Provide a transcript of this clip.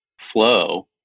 flow